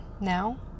now